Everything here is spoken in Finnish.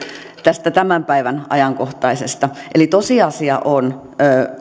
tästä tämän päivän ajankohtaisesta eli tosiasia on